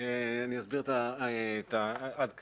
אני אסביר עד כאן.